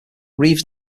reeves